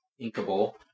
inkable